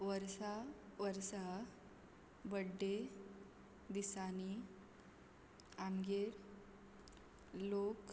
वर्सा वर्सा बड्डे दिसांनी आमगेर लोक